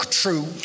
true